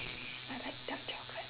I like dark chocolate